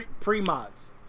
pre-mods